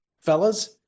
Fellas